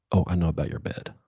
oh, i know about your bed.